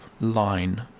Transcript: line